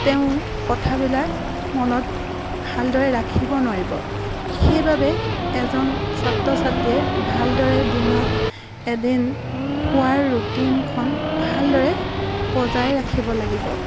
তেওঁ কথাবিলাক মনত ভালদৰে ৰাখিব নোৱাৰিব সেইবাবে এজন ছাত্ৰ ছাত্ৰীয়ে ভালদৰে দিনত এদিন শোৱাৰ ৰুটিনখন ভালদৰে বজাই ৰাখিব লাগিব